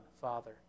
Father